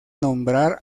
nombrar